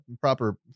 proper